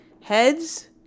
Heads